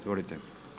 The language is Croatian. Izvolite.